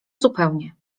zupełnie